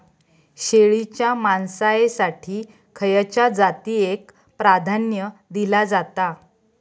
शेळीच्या मांसाएसाठी खयच्या जातीएक प्राधान्य दिला जाता?